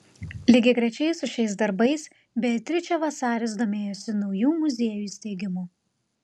lygiagrečiai su šiais darbais beatričė vasaris domėjosi naujų muziejų steigimu